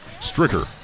Stricker